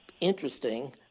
interesting